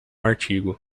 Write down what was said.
artigo